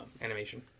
animation